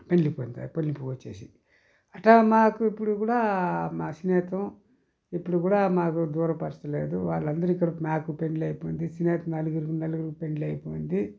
పెళ్లికి పోయిన కాడ పెండ్లి భోంచేసి అట్టా మాకు ఇప్పుడు కూడా మా స్నేహితం ఇప్పుడు కూడా మాకు దూర పరిస్థితి లేదు వాళ్ళందరికీ నాకు పెండ్లి అయిపోయింది స్నేహితం నలుగురికి పెండ్లి అయిపోయింది